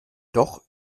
doch